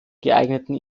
geeigneten